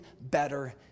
better